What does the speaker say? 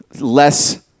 less